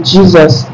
Jesus